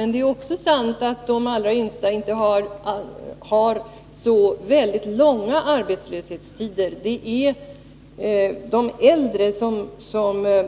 Men det är också sant att de allra yngsta inte har så väldigt långa arbetslöshetstider. Det är de äldre som